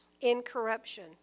incorruption